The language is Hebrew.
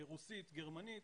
רוסית, גרמנית